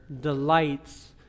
delights